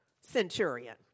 centurion